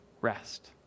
rest